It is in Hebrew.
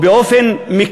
או: באופן מקיף,